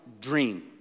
dream